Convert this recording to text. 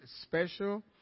special